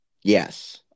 Yes